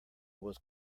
was